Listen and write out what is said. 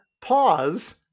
Pause